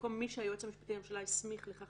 במקום "מי שהיועץ המשפטי לממשלה הסמיך לכך,